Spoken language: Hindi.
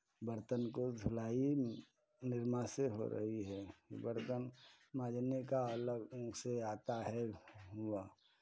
बर्तन को धुलाई निरमा से हो रही है बर्तन माँजने का अलग ढंग से आता है वह